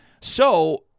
So-